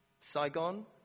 Saigon